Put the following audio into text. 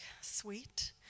sweet